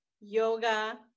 yoga